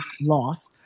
loss